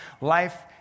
life